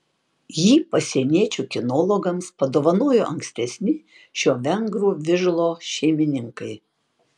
jį pasieniečių kinologams padovanojo ankstesni šio vengrų vižlo šeimininkai